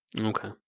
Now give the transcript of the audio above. Okay